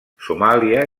somàlia